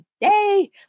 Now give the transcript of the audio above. Yay